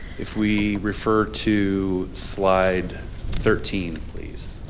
if we refer to slide thirteen please,